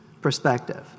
perspective